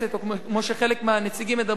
כמו שחלק מהנציגים מדברים,